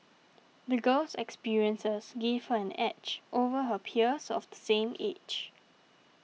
the girl's experiences gave her an edge over her peers of the same age